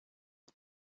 ann